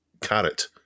carrot